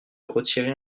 retirer